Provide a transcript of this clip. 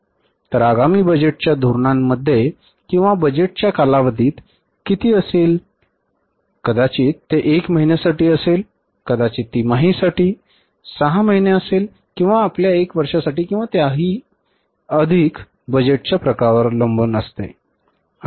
तर आगामी बजेटच्या धोरणांमध्ये किंवा बजेटच्या कालावधीत किती असेल कदाचित ते एका महिन्यासाठी असेल कदाचित तिमाहीसाठी 6 महिने असेल किंवा आपल्या 1 वर्षासाठी किंवा त्याहूनही अधिक बजेटच्या प्रकारावर अवलंबून असेल